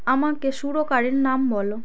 আমাকে সুরকারের নাম বলো